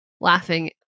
laughing